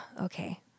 okay